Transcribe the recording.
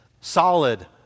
solid